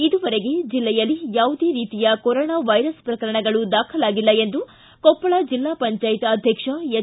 ಇದುವರೆಗೆ ಜಿಲ್ಲೆಯಲ್ಲಿ ಯಾವುದೇ ರೀತಿಯ ಕೊರೋನಾ ವೈರಸ್ ಪ್ರಕರಣಗಳು ದಾಖಲಾಗಿಲ್ಲ ಎಂದು ಕೊಪ್ಪಳ ಜಿಲ್ಲಾ ಪಂಚಾಯತ್ ಅಧ್ಯಕ್ಷ ಹೆಚ್